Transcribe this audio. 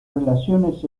relaciones